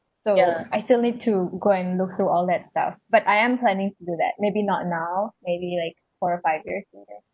so I still need to go and look through all that stuff but I am planning to do that maybe not now maybe like four or five years like that